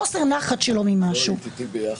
חוסר נחת שלו ממשהו --- לא היית איתי ביחד,